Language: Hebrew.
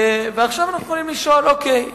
ועכשיו אנחנו יכולים לשאול: אוקיי,